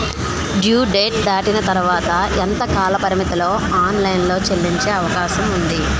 Due date దాటిన తర్వాత ఎంత కాలపరిమితిలో ఆన్ లైన్ లో చెల్లించే అవకాశం వుంది?